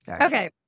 Okay